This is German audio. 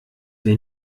wir